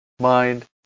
mind